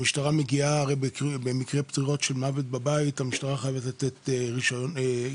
כי המשטרה מגיעה במקרי של מוות בבית וחייבת לתת אישור.